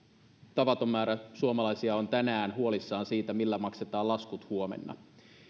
tavaton määrä suomalaisia on tänään huolissaan siitä millä maksetaan laskut huomenna